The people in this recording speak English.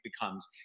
becomes